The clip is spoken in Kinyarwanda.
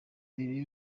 mbere